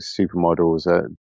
supermodels